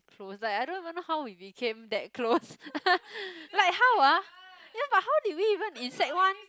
close like I don't even know how we became that close like how ah ya but how did we even in sec-one